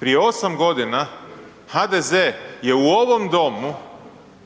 Prije 8 godina HDZ je u ovom Domu